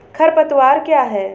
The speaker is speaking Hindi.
खरपतवार क्या है?